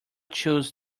chose